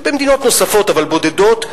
ובמדינות נוספות אבל בודדות,